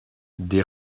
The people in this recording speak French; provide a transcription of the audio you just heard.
des